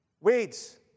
Weeds